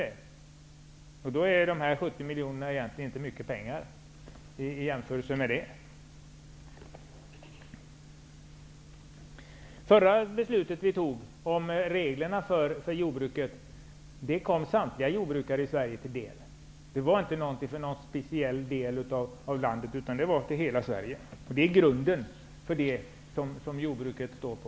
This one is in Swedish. I jämförelse med det är dessa 70 miljoner egentligen inte mycket pengar. Det förra beslutet vi fattade om reglerna för jordbruket gällde samtliga jordbrukare i Sverige. Det var inte avsett för någon speciell del av landet, utan det gällde hela Sverige. Det är den grund jordbruket står på.